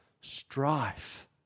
strife